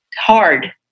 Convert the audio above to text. hard